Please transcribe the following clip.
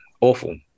Awful